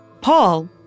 Paul